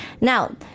Now